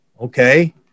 okay